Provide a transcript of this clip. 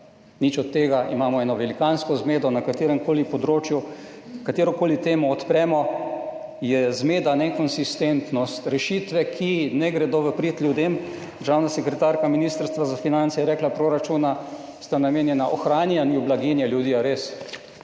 nič od tega, imamo eno velikansko zmedo na kateremkoli področju. Katerokoli temo odpremo, so zmeda, nekonsistentnost, rešitve, ki ne gredo v prid ljudem. Državna sekretarka Ministrstva za finance je rekla, proračuna sta namenjena ohranjanju blaginje ljudi.